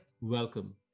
welcome